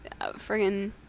friggin